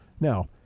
Now